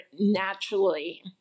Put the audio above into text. naturally